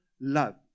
love